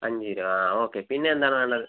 അഞ്ച് രൂപ ആ ഓക്കെ പിന്നെന്താണ് വേണ്ടത്